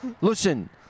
Listen